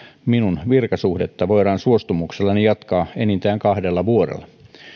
minun virkasuhdettani voidaan suostumuksellani jatkaa enintään kahdella vuodella